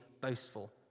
boastful